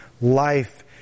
life